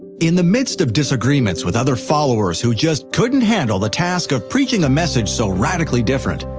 in the midst of disagreements with other followers who just couldn't handle the task of preaching a message so radically different,